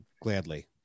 Gladly